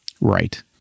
Right